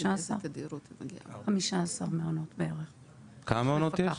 כמה מעונות יש?